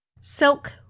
Silk